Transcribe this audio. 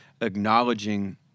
acknowledging